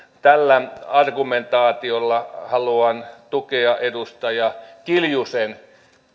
tällä argumentaatiolla haluan tukea edustaja kiljusen